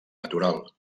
natural